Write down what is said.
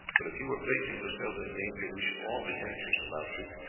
but if you were placing yourself in danger we should all be anxious about you,